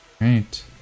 Right